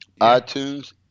iTunes